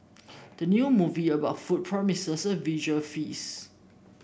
the new movie about food promises a visual feast